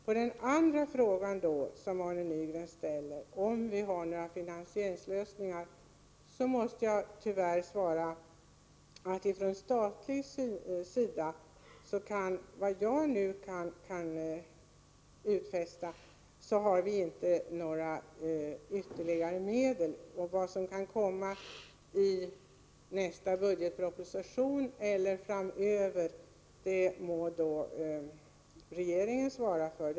På Arne Nygrens andra fråga, om vi har några finansieringslösningar, måste jag tyvärr svara att man från statlig sida, så långt jag nu kan uttala mig, inte har några ytterligare medel. Vad som kan komma i nästa budgetproposition eller därefter må regeringen svara för.